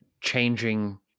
changing